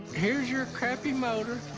here's your crappy motor.